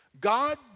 God